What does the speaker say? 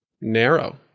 narrow